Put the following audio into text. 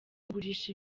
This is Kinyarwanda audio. kugurisha